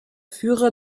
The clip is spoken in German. führer